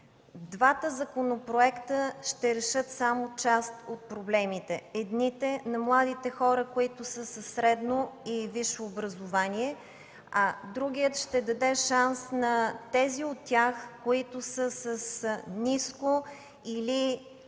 Двата законопроекта ще решат само част от проблемите – единият на младите хора, които са със средно и висше образование, а другият ще даде шанс на тези от тях, които са с ниско или без